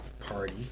Party